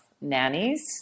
nannies